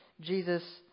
Jesus